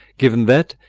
given that,